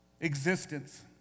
existence